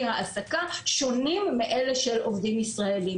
העסקה שונים מאלה של עובדים ישראליים,